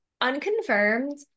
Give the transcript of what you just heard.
unconfirmed